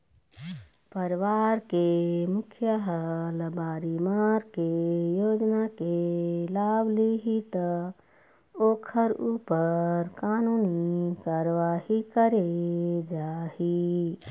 परवार के मुखिया ह लबारी मार के योजना के लाभ लिहि त ओखर ऊपर कानूनी कारवाही करे जाही